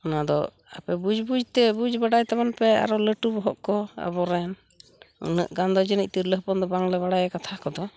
ᱚᱱᱟᱫᱚ ᱟᱯᱮ ᱵᱩᱡᱽ ᱵᱩᱡᱽᱛᱮ ᱵᱩᱡᱽ ᱵᱟᱰᱟᱭ ᱛᱟᱵᱚᱱ ᱯᱮ ᱟᱨᱚ ᱞᱟᱹᱴᱩ ᱵᱚᱦᱚᱜ ᱠᱚ ᱟᱵᱚᱨᱮᱱ ᱩᱱᱟᱹᱜ ᱜᱟᱱ ᱫᱚ ᱡᱟᱹᱱᱤᱡ ᱛᱤᱨᱞᱟᱹ ᱦᱚᱯᱚᱱ ᱫᱚ ᱵᱟᱝᱞᱮ ᱵᱟᱲᱟᱭᱟ ᱠᱟᱛᱷᱟ ᱠᱚᱫᱚ